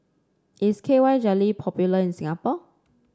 is K Y Jelly popular in Singapore